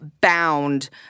bound